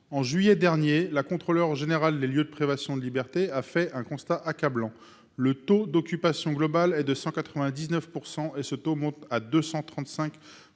En juillet dernier, la Contrôleure générale des lieux de privation de liberté a dressé un constat accablant : le taux d'occupation global y était de 199 %, et même de 235